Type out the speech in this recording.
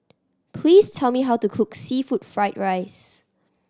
please tell me how to cook seafood fried rice